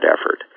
effort